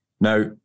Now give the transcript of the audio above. Now